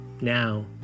Now